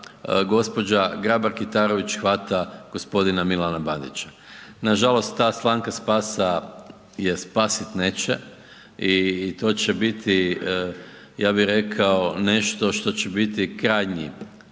spasa gđa. Grabar Kitarović hvata g. Milana Bandića. Nažalost ta slamka spasa je spasit neće i to će biti, ja bih rekao, nešto što će biti krajnji